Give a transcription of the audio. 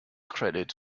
credit